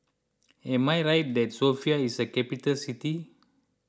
am I right that Sofia is a capital city